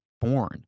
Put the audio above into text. born